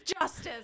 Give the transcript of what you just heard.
justice